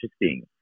interesting